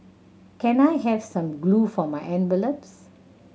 can I have some glue for my envelopes